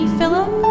Philip